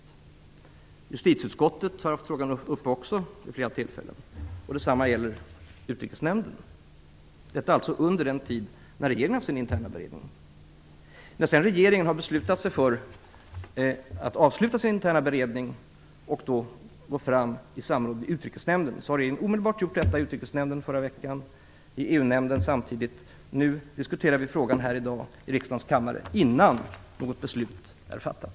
Justitieutskottet har haft frågan uppe vid flera tillfällen, detsamma gäller Utrikesnämnden. Detta har alltså skett under den tid då regeringen har haft sin interna beredning. När sedan regeringen har beslutat sig för att avsluta den interna beredningen har regeringen omedelbart gått till Utrikesnämnden och också till EU-nämnden. Nu diskuterar vi frågan i riksdagens kammare innan något beslut är fattat.